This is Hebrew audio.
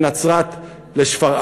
בין נצרת לשפרעם.